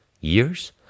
years